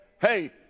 hey